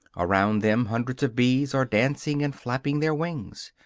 around them hundreds of bees are dancing and flapping their wings.